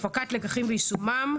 הפקת לקחים ויישומם.